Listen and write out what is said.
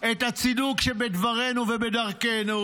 את הצידוק שבדברנו ובדרכנו.